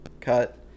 cut